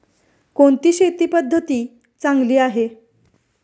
कोणती शेती पद्धती चांगली आहे?